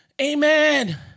Amen